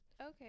Okay